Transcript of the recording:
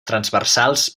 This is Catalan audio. transversals